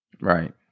Right